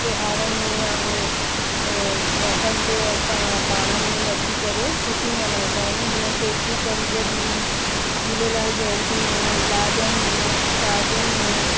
त्यौहारनि में या उहो मौक़नि ते असां पाण में नची करे ख़ुशियूं मल्हाईंदा आहियूं जीअं चेटीचंडु ॾींहुं झूलेलाल जयंती में लाॾनि में शादियुनि में